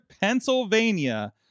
Pennsylvania